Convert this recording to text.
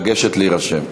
לגשת להירשם.